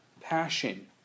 passion